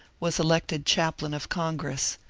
was elected chap lain of congress.